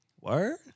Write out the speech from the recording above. Word